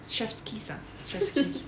chef's kiss ah chef's kiss